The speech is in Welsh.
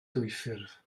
dwyffurf